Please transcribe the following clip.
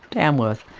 tamworth.